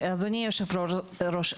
אדוני היושב-ראש,